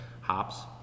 hops